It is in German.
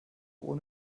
ohne